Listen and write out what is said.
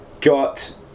got